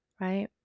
right